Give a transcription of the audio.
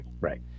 Right